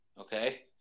Okay